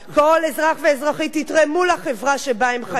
כל אזרח ואזרחית יתרמו לחברה שבה הם חיים, תודה.